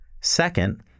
Second